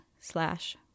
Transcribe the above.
slash